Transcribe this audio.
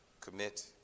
commit